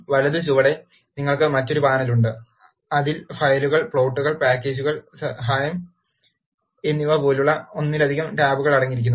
വലത് ചുവടെ നിങ്ങൾക്ക് മറ്റൊരു പാനൽ ഉണ്ട് അതിൽ ഫയലുകൾ പ്ലോട്ടുകൾ പാക്കേജുകൾ സഹായം എന്നിവ പോലുള്ള ഒന്നിലധികം ടാബ് അടങ്ങിയിരിക്കുന്നു